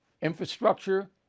Infrastructure